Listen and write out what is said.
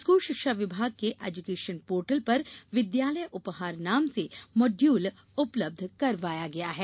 school शिक्षा विभाग के एजुकेशन पोर्टल पर विद्यालय उपहार नाम से मॉड्यूल उपलब्य करवाया गया है